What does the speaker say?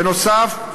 בנוסף,